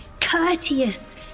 courteous